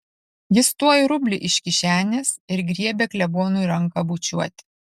jis tuoj rublį iš kišenės ir griebia klebonui ranką bučiuoti